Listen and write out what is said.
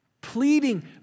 pleading